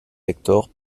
hector